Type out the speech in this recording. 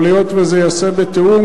אבל היות שזה ייעשה בתיאום,